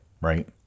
right